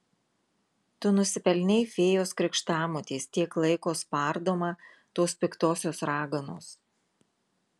tu nusipelnei fėjos krikštamotės tiek laiko spardoma tos piktosios raganos